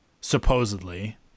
supposedly